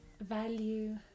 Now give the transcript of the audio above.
value